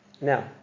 Now